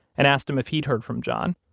and asked him if he'd heard from john.